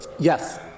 Yes